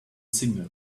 signal